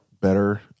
better